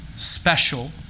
special